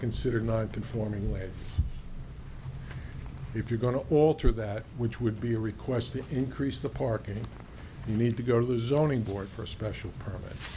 consider not conforming way if you're going to alter that which would be a request to increase the parking you need to go to the zoning board for a special permit